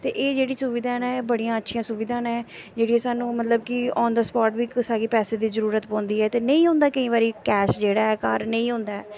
ते एह् जेह्ड़ी सुविधा न एह् बड़ियां अच्छी सुविधां न जेह्ड़ियां सानूं मतलब कि आन दा स्पाट बी कुसा गी पैसे दी जरूरत पौंदी ऐ ते नेईं होंदा केईं बारी कैश जेह्ड़ा ऐ घार नेईं होंदा ऐ